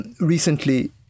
recently